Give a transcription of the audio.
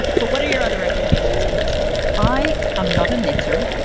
but what are your other recommendations for this week? i am not a knitter.